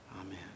Amen